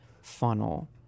funnel